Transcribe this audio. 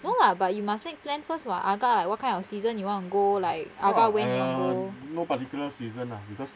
no lah but you must be plan first [what] agak what kind of season you want to go like agak when you want to go